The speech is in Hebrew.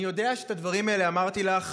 אני יודע שאת הדברים האלה אמרתי לך